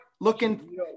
looking